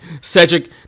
Cedric